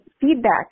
feedback